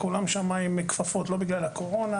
כולם שם עם כפפות לא בגלל הקורונה.